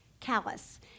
callus